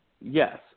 Yes